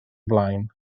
blaen